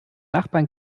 nachbarn